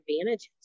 advantages